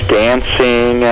dancing